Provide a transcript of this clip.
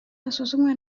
hasuzumwa